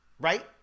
Right